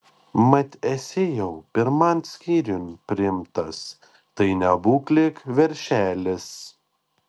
mat esi jau pirman skyriun priimtas tai nebūk lyg veršelis